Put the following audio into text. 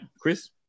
Chris